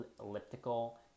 elliptical